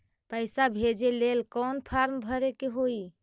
पैसा भेजे लेल कौन फार्म भरे के होई?